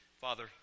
Father